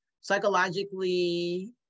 psychologically